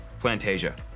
Plantasia